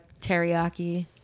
teriyaki